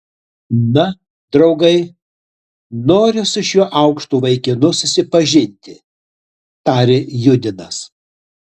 na draugai noriu su šiuo aukštu vaikinu susipažinti tarė judinas